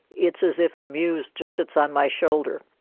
it's as if the muse just sits on my shoulder,